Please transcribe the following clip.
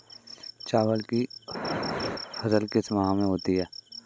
चावल की फसल किस माह में होती है?